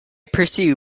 pursue